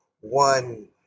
one